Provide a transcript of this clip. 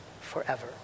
forever